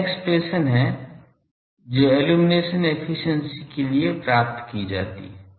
यह एक्सप्रेशन है जो इल्लुमिनेशन एफिशिएंसी के लिए प्राप्त की जाती है